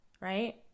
right